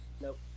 Nope